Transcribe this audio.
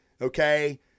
Okay